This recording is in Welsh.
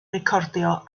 recordio